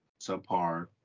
subpar